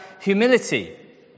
humility